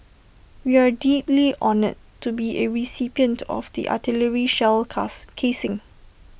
we are deeply honoured to be A recipient of the artillery shell cars casing